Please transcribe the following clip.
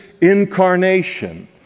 incarnation